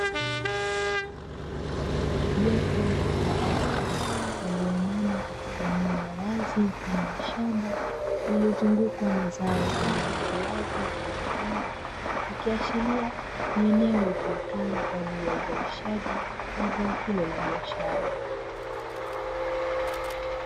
Jopo la watu walioinama katika eneo la wazi mfano wa shamba, lililozungukwa na zao aina ya viazi vilivyovunwa, ikiashiria ni eneo litumikalo kwa ajili ya uzalishaji wa zao hilo la biashara.